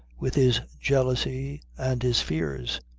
with his jealousy and his fears.